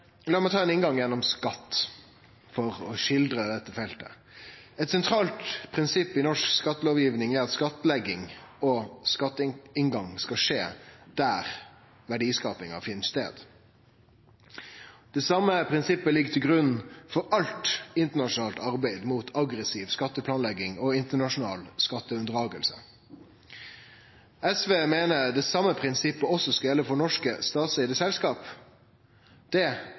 La meg ta ein inngang gjennom skatt for å skildre dette feltet. Eit sentralt prinsipp i norsk skattelovgiving er at skattlegging og skatteinngang skal skje der verdiskapinga finn stad. Det same prinsippet ligg til grunn for alt internasjonalt arbeid mot aggressiv skatteplanlegging og internasjonal skatteunndraging. SV meiner det same prinsippet også skal gjelde for norske statseigde selskap. Det